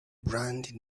brand